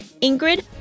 Ingrid